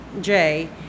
Jay